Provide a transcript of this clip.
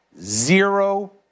Zero